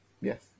Yes